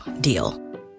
deal